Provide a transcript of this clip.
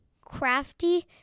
Crafty